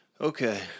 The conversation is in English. okay